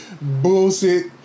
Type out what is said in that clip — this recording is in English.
bullshit